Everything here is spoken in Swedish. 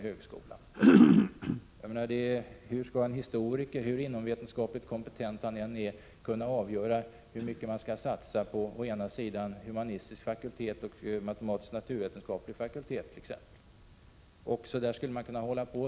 Hur skall t.ex. en historiker, hur inomvetenskapligt kompetent han än är, kunna avgöra hur mycket som bör satsas på å ena sidan humanistisk fakultet och å andra sidan naturvetenskaplig fakultet? Uppräkningen skulle kunna fortsättas.